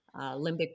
limbic